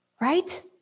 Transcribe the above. Right